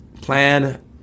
plan